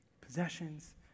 Possessions